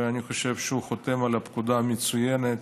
ואני חושב שהוא חותם על פקודה מצוינת.